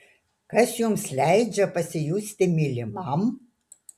kas jums ypač leidžia pasijusti mylimam